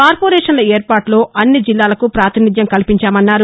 కార్పోరేషన్ల ఏర్పాటులో అన్ని జిల్లాలకు ప్రాతినిథ్యం కల్పించామన్నారు